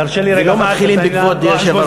ולא מתחילים ב"כבוד היושב-ראש".